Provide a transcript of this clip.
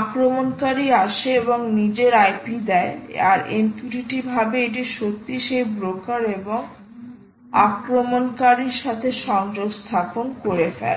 আক্রমণকারী আসে এবং নিজের IP দেয় আর MQTT ভাবে এটি সত্যই সেই ব্রোকার এবং আক্রমণকারীর সাথে সংযোগ স্থাপন করে ফেলে